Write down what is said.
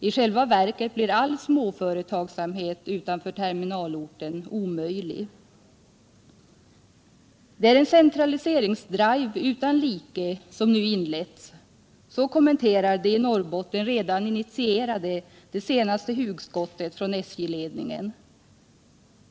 I själva verket blir all småföretagsamhet utanför terminalorten omöjlig. - Det är en centraliseringsdrive utan like som nu inletts. Så kommenterar de i Norrbotten redan initierade det senaste hugskottet från SJ-ledningen.